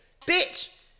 Bitch